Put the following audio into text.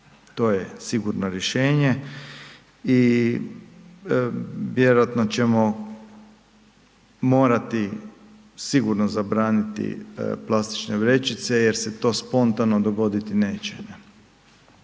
to je sigurno rješenje. Vjerojatno ćemo morati sigurno zabraniti plastične vrećice jer se to spontano dogoditi neće.